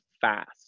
fast